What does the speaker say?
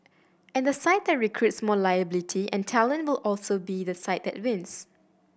and the side that recruits more ability and talent will also be the side that wins